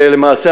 ולמעשה,